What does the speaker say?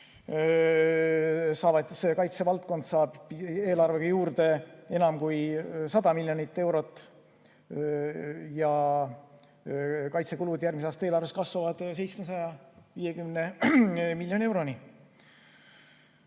Kaitsevaldkond saab eelarvega juurde enam kui 100 miljonit eurot ja kaitsekulud järgmise aasta eelarves kasvavad 750 miljoni euroni.